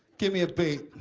give me a beat!